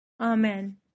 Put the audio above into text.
Amen